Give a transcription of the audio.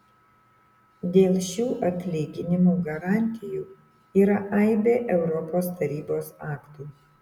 dėl šių atlyginimų garantijų yra aibė europos tarybos aktų